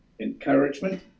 encouragement